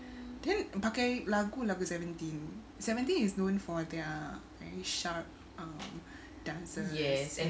then pakai lagu-lagu seventeen seventeen is known for their very sharp um dances